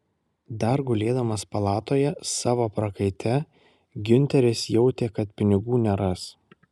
dar gulėdamas palatoje savo prakaite giunteris jautė kad pinigų neras